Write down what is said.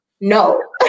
no